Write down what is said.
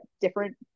different